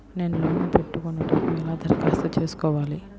నేను లోన్ పెట్టుకొనుటకు ఎలా దరఖాస్తు చేసుకోవాలి?